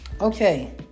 Okay